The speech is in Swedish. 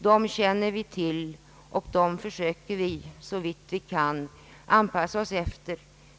Dem känner vi till och dem försöker vi såvitt vi kan anpassa oss efter.